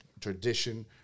tradition